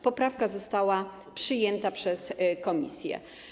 Poprawka została przyjęta przez komisje.